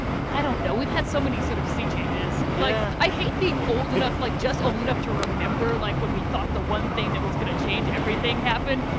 i don't know. we've had so many sort of sea changes yeah like, i hate being old enough like, just old enough to remember, like, when we thought the one thing that was going to change everything happened,